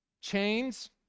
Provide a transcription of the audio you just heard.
Chains